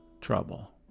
trouble